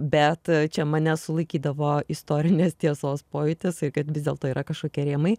bet čia mane sulaikydavo istorinės tiesos pojūtis kad vis dėlto yra kažkokie rėmai